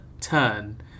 turn